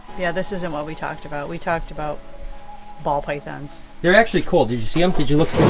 yeah this isn't what we talked about, we talked about ball pythons. they're actually cool, did you see em? did you look